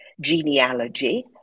genealogy